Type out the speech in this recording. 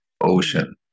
ocean